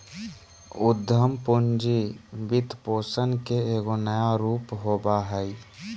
उद्यम पूंजी वित्तपोषण के एगो नया रूप होबा हइ